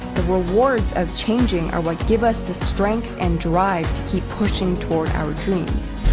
rewards of changing are what give us the strength and drive to keep pushing toward our dreams.